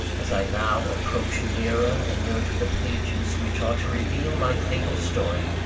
as i now approach nearer and nearer to the pages which are to reveal my fatal story,